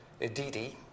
Edidi